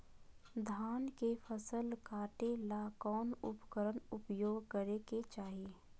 धान के फसल काटे ला कौन उपकरण उपयोग करे के चाही?